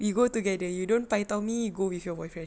we go together you don't paitao me go with your boyfriend